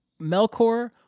Melkor